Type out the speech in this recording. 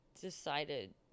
decided